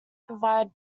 provide